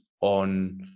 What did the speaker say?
on